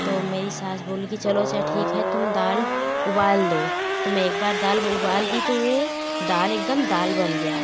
तो मेरी सास बोली कि चलो अच्छा ठीक है तुम दाल उबाल दो तो मैं एक बार दाल उबाल दी तो वो दाल एकदम दाल बन गया